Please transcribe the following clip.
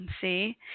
See